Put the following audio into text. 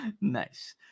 Nice